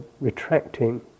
retracting